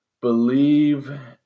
believe